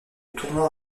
tournoi